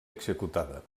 executada